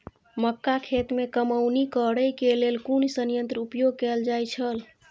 मक्का खेत में कमौनी करेय केय लेल कुन संयंत्र उपयोग कैल जाए छल?